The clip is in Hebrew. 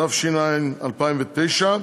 התש"ע 2009: